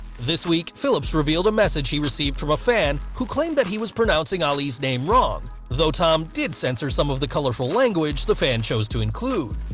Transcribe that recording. this week, phillips revealed a message he received from a fan, who claimed that he was pronouncing ali's name wrong, though tim did censor some of the colourful language the fan chose to include.